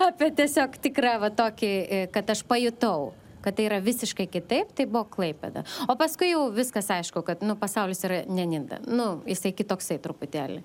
apie tiesiog tikrą va tokį kad aš pajutau kad tai yra visiškai kitaip tai buvo klaipėda o paskui jau viskas aišku kad nu pasaulis yra ne nida nu jisai kitoksai truputėlį